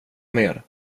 mer